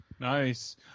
Nice